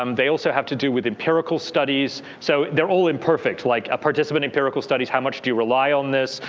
um they also have to do with empirical studies. so they're all imperfect. like a participant in empirical studies, how much do you rely on this?